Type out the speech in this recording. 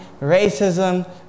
racism